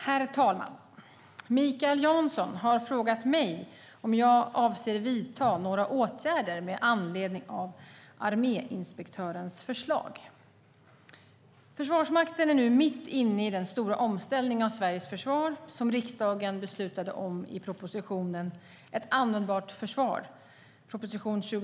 Herr talman! Mikael Jansson har frågat mig om jag avser att vidta några åtgärder med anledning av arméinspektörens förslag. Försvarsmakten är nu mitt inne i den stora omställning av Sveriges försvar som riksdagen beslutade om i proposition Ett användbart försvar .